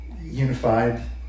unified